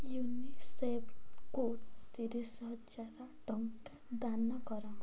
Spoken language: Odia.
ୟୁନିସେଫ୍କୁ ତିରିଶହଜାର ଟଙ୍କା ଦାନ କର